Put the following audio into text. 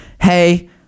hey